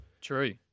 True